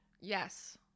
Yes